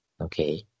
Okay